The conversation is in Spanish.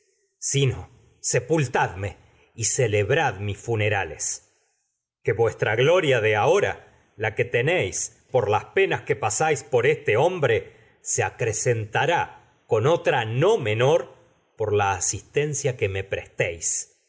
que sepultadme celebrad funerales vuestra gloria de ahora por la la que tenéis se por las penas que pasáis otra no menor este hombre acrecentará con pol asistencia que me